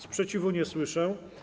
Sprzeciwu nie słyszę.